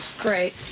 Great